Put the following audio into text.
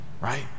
right